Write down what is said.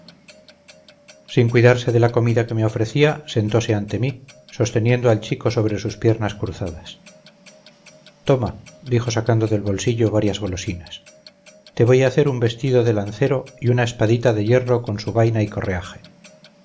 sin cuidarse de la comida que me servía sentose ante mí sosteniendo al chico sobre sus piernas cruzadas toma dijo sacando del bolsillo varias golosinas te voy a hacer un vestido de lancero y una espadita de hierro con su vaina y correaje